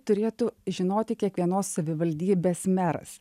turėtų žinoti kiekvienos savivaldybės meras